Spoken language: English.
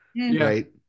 Right